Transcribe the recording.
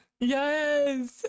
Yes